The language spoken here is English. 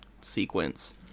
sequence